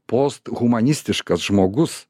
post humanistiškas žmogus